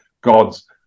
God's